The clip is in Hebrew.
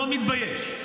לא מתבייש,